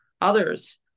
others